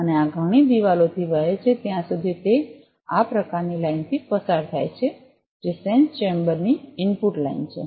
અને આ ઘણી દિવાલોથી વહે છે ત્યાં છે તેથી તે આ પ્રકારની લાઇનથી પસાર થાય છે જે સેન્સર ચેમ્બરની ઇનપુટ લાઇન છે